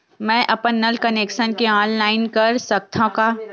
मैं अपन नल कनेक्शन के ऑनलाइन कर सकथव का?